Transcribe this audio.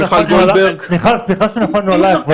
מיכל, סליחה ש'נפלנו' עלייך.